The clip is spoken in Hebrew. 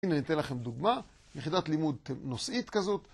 הנה אתן לכם דוגמה, יחידת לימוד נושאית כזאת.